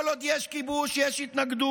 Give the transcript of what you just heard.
כל עוד יש כיבוש, יש התנגדות.